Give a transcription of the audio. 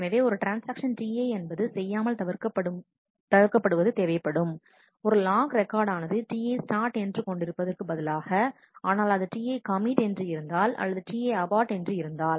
எனவே ஒரு transaction Ti என்பது செய்யாமல் தவிர்க்கப்படுவது தேவைப்படும் ஒரு லாக் ரெக்கார்ட் ஆனதுTiistartஎன்று கொண்டிருப்பதற்கு பதிலாக ஆனால் அது ticommit என்று இருந்தால் அல்லது Tiabort என்று இருந்தால்